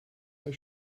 euch